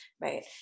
right